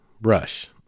brush